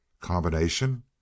Combination